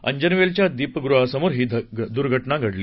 अंजनवेलच्या दीपगृहासमोर ही दुर्घटना घडली